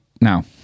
now